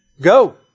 go